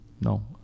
no